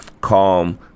calm